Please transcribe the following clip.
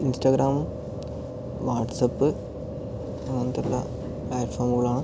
Instagram WhatsApp അങ്ങനത്തെല്ലാ പ്ലാറ്റ്ഫോമുകളാണ്